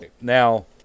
Now